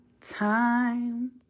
time